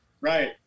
Right